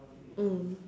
mm